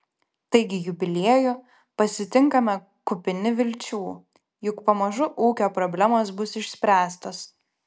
taigi jubiliejų pasitinkame kupini vilčių jog pamažu ūkio problemos bus išspręstos